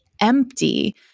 empty